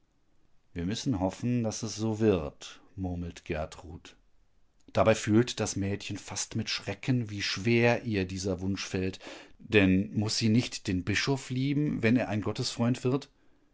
wir müssen hoffen daß es so wird murmelt gertrud dabei fühlt das mädchen fast mit schrecken wie schwer ihr dieser wunsch fällt denn muß sie nicht den bischof lieben wenn er ein gottesfreund wird